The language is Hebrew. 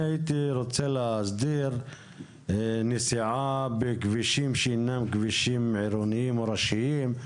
הייתי רוצה להסדיר נסיעה בכבישים שאינם כבישים עירוניים או ראשיים,